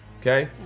Okay